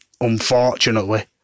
unfortunately